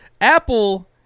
Apple